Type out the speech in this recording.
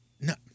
No